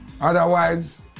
otherwise